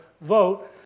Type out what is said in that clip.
vote